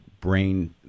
brain